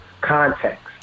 context